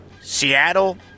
seattle